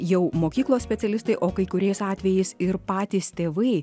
jau mokyklos specialistai o kai kuriais atvejais ir patys tėvai